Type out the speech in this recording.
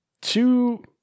two